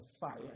fire